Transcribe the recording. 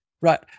Right